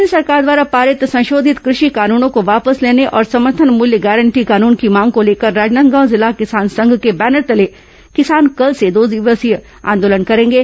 केन्द्र सरकार द्वारा पारित संशोधित कृषि काननों को वापस लेने और समर्थन मृत्य गारंटी कानन की मांग को लेकर राजनादगाव जिला किसान संघ के बैनर तले किसान कल से दो दिवसीय ऑदोलन करेंगे